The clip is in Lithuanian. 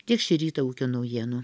tiek šį rytą ūkio naujienų